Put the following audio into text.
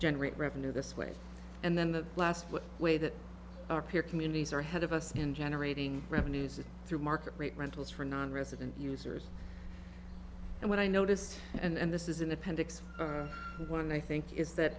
generate revenue this way and then the last way that our peer communities are ahead of us in generating revenues is through market rate rentals for nonresident users and what i noticed and this is in appendix one i think is that